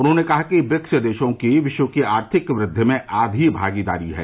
उन्होंने कहा कि ब्रिक्स देशों के विश्व की आर्थिक वृद्वि में आधी भागीदारी है